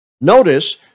Notice